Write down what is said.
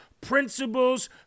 principles